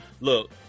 Look